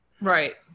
right